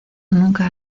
nunca